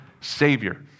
Savior